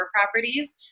properties